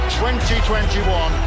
2021